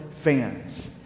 fans